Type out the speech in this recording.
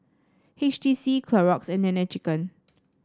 H T C Clorox and Nene Chicken